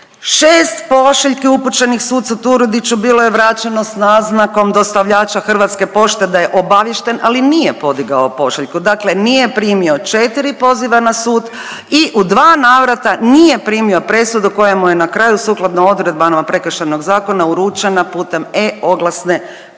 6 pošiljki upućenih sucu Turudiću bilo je vraćeno s naznakom dostavljača Hrvatske pošte da je „obaviješten“, ali nije podigao pošiljku, dakle nije primio 4 poziva na sud i u 2 navrata nije primio presudu koja mu je na kraju sukladno odredbama Prekršajnog zakona uručena putem e-oglasne ploče